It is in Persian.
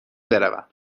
بروم